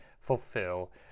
fulfill